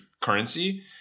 currency